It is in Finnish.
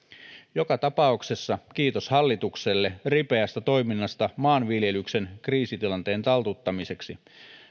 joka tapauksessa kiitos hallitukselle ripeästä toiminnasta maanviljelyksen kriisitilanteen taltuttamiseksi